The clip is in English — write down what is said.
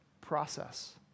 process